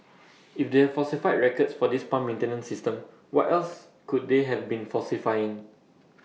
if they have falsified records for this pump maintenance system what else could they have been falsifying